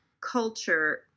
culture